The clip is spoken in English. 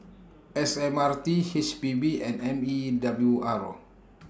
S M R T H P B and M E W R